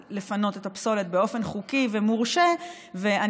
האחרונה, ואני